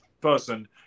person